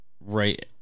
right